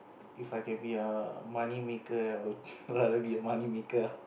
If I can be a money maker I would rather be a money maker ah